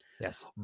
Yes